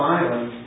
island